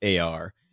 AR